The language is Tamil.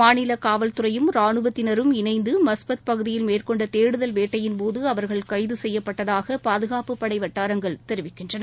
மாநில காவல்துறையும் ராணுவத்தினரும் இணைந்து மஸ்பத் பகுதியில் மேற்கொண்ட தேடுதல் வேட்டையின் போது அவர்கள் கைது செய்யப்பட்டதாக பாதுகாப்பு படை வட்டாரங்கள் தெரிவிக்கின்றன